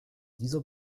dieser